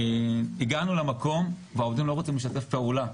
הגענו למקום והעובדים לא רצו לשתף פעולה,